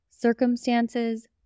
circumstances